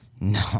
No